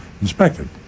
inspected